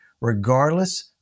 regardless